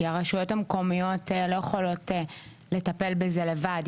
כי הרשויות המקומיות לא יכולות לטפל בזה לבד.